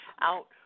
out